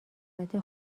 البته